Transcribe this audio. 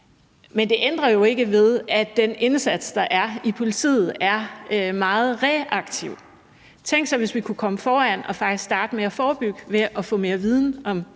Men det ændrer jo ikke ved, at den indsats, der er i politiet, er meget reaktiv. Tænk, hvis vi kunne komme foran og faktisk starte med at forebygge ved at få mere viden om